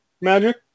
Magic